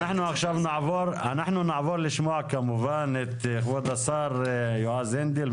אנחנו נעבור לשמוע כמובן את כבוד השר יועז הנדל.